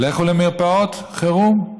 לכו למרפאות חירום.